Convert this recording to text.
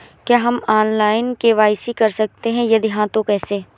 क्या हम online KYC कर सकते हैं यदि हाँ तो कैसे?